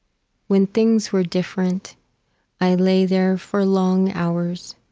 when things were different i lay there for long hours,